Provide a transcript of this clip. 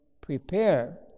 prepare